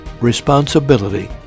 responsibility